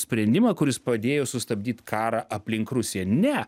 sprendimą kuris padėjo sustabdyt karą aplink rusiją ne